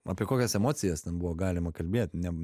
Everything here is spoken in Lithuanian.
apie kokias emocijas ten buvo galima kalbėt ne